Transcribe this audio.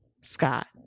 Scott